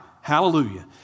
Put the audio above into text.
Hallelujah